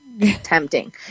tempting